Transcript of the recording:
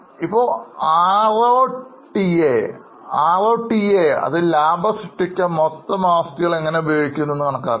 ഇപ്പോൾ ROTA അതിൽ ലാഭം സൃഷ്ടിക്കാൻ മൊത്തം ആസ്തികൾ എങ്ങനെ ഉപയോഗിക്കുന്നു എന്ന് കണക്കാക്കാം